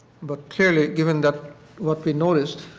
but clearly given that what we noticed